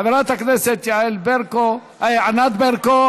חברת הכנסת ענת ברקו